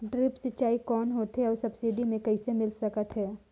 Drip सिंचाई कौन होथे अउ सब्सिडी मे कइसे मिल सकत हे?